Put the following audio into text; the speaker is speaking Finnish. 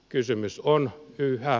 kysymys on yhä